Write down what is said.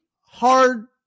hard